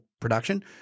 production